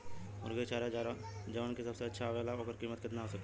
मुर्गी के चारा जवन की सबसे अच्छा आवेला ओकर कीमत केतना हो सकेला?